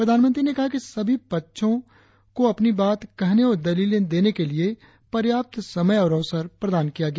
प्रधानमंत्री ने कहा कि सही फक्षों को अपनी बात कहने और दलीले देने के लिए पर्याप्त समय और अवसर प्रदान किया गया